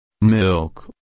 Milk